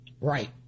Right